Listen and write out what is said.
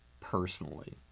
personally